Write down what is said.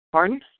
Pardon